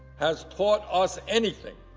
has taught us anything,